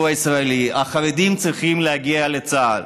הישראלי: החרדים צריכים להגיע לצה"ל.